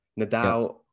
Nadal